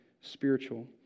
spiritual